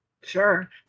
sure